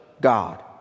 God